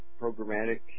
programmatic